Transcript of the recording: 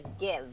give